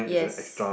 yes